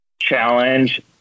challenge